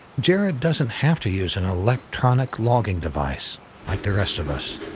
jared doesn't have to use an electronic logging device, like the rest of us.